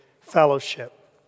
fellowship